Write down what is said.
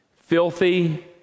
Filthy